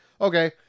okay